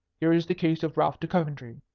here is the case of ralph de coventry,